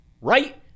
right